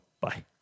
bye